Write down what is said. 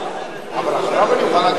אבל אחריו אני אוכל להגיב על הדברים.